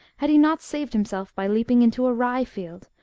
had he not saved himself by leaping into a rye-field,